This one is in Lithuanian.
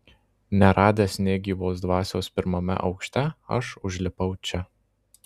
neradęs nė gyvos dvasios pirmame aukšte aš užlipau čia